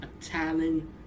Italian